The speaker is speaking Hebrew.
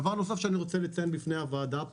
דבר נוסף שאני רוצה לציין בפני הוועדה,